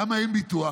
למה אין ביטוח?